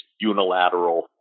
unilateral